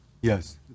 Yes